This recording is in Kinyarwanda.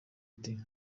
ati